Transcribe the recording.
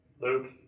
Luke